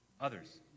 Others